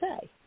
say